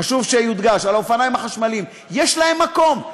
חשוב שיודגש, האופניים החשמליים יש להם מקום.